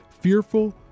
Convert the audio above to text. fearful